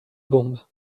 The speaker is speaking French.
bombe